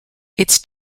its